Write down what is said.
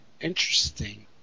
interesting